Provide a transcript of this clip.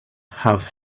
have